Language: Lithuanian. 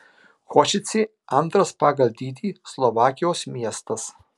košicė antras pagal dydį slovakijos miestas